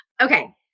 Okay